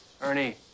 Ernie